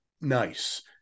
nice